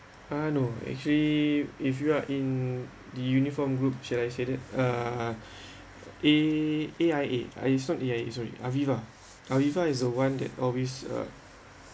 uh know actually if you are in the uniform group shall I say that uh A A_I_A uh it's not A_I_A sorry Aviva Aviva is the one that always uh